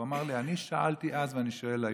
הוא אמר לי: אני שאלתי אז ואני שואל היום: